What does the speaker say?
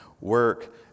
work